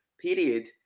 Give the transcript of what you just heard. period